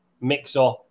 mixer